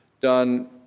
done